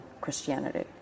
Christianity